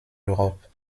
europe